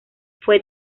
fue